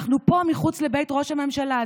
אנחנו פה מחוץ לבית ראש הממשלה,